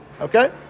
Okay